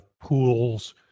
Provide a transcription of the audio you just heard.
pools